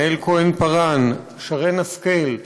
יעל כהן-פארן ושרן השכל,